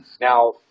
Now